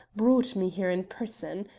brought me here in person.